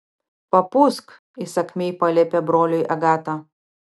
papūsk įsakmiai paliepė broliui agata